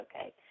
okay